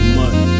money